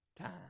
time